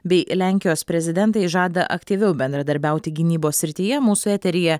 bei lenkijos prezidentai žada aktyviau bendradarbiauti gynybos srityje mūsų eteryje